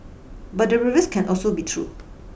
but the reverse can also be true